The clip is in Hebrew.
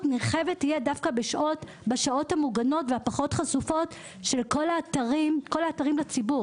נרחבת תהיה דווקא בשעות המוגנות והפחות חשופות של כל האתרים לציבור,